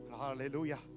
Hallelujah